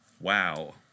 wow